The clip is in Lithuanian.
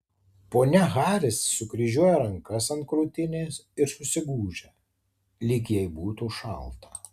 ponia haris sukryžiuoja rankas ant krūtinės ir susigūžia lyg jai būtų šalta